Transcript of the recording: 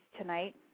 tonight